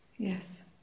Yes